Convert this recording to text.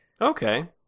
Okay